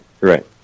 Right